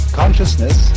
consciousness